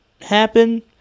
happen